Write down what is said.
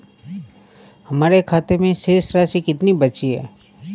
हमारे खाते में शेष राशि कितनी बची है?